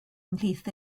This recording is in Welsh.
ymhlith